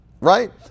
Right